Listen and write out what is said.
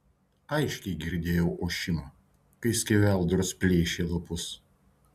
aiškiai girdėjau ošimą kai skeveldros plėšė lapus